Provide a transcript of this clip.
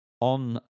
on